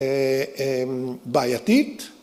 ‫בעייתית.